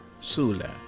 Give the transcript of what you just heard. Sula